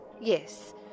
Yes